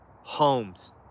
homes